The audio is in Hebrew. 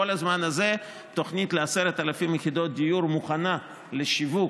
כל הזמן הזה התוכנית ל-10,000 יחידות מוכנה לשיווק.